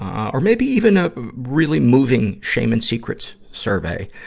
um or maybe even a really moving shame and secrets surveys,